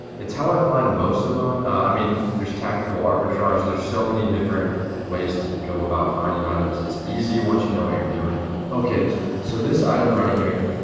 it's how i find most of them, i mean there's tactical arbitrage, there's so many different ways to go about finding items it's easy once you know what you're doing. okay so this item right here,